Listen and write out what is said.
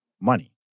money